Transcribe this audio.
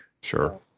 sure